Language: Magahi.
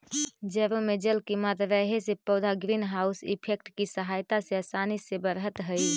जड़ों में जल की मात्रा रहे से पौधे ग्रीन हाउस इफेक्ट की सहायता से आसानी से बढ़त हइ